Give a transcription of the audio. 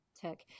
took